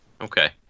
Okay